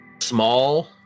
small